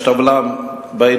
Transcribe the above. יש טבלה בעיתונות,